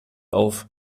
auf